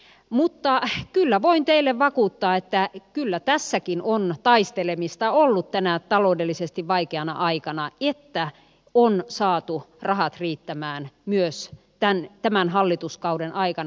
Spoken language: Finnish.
mutta kyllä voin teille vakuuttaa että kyllä tässäkin on taistelemista ollut tänä taloudellisesti vaikeana aikana että on saatu rahat riittämään myös tämän hallituskauden aikana